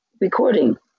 recording